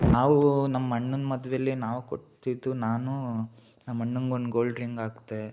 ನಾವು ನಮ್ಮ ಅಣ್ಣನ ಮದ್ವೆಯಲ್ಲಿ ನಾವು ಕೊಟ್ಟಿದ್ದು ನಾನು ನಮ್ಮ ಅಣ್ಣಂಗೆ ಒಂದು ಗೋಲ್ಡ್ ರಿಂಗ್ ಹಾಕ್ದೆ